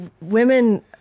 women